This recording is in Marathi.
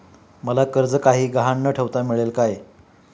मला कर्ज काही गहाण न ठेवता मिळेल काय?